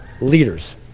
leaders